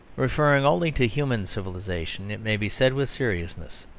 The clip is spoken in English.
referring only to human civilisation it may be said with seriousness,